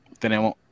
tenemos